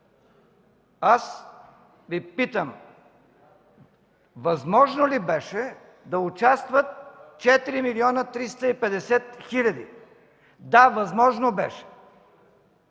Аз Ви питам: възможно ли беше да участват 4 милиона 350 хиляди? Да, възможно беше.